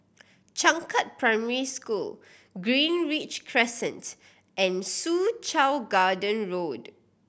Changkat Primary School Greenridge Crescent and Soo Chow Garden Road